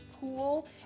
pool